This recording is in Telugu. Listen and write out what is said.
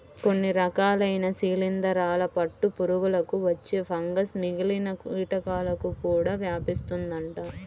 కొన్ని రకాలైన శిలీందరాల పట్టు పురుగులకు వచ్చే ఫంగస్ మిగిలిన కీటకాలకు కూడా వ్యాపిస్తుందంట